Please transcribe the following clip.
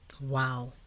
Wow